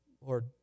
Lord